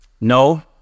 No